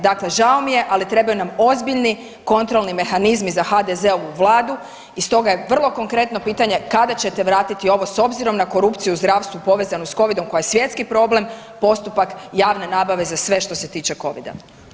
Dakle, žao mi je ali trebaju nam ozbiljni kontrolni mehanizmi za HDZ-ovu vladu i stoga je vrlo konkretno pitanje, kada ćete vratiti na ovo s obzirom na korupciju u zdravstvu povezanu s covidom koja je svjetski problem postupak javne nabave za sve što se tiče covida?